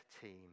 team